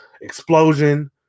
Explosion